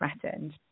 threatened